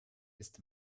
ist